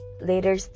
later